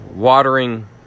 watering